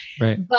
Right